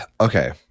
okay